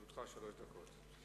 לרשותך שלוש דקות.